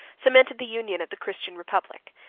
cemented the union of the christian republic,